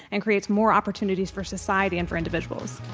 and creates more opportunities for society and for individuals.